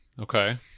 Okay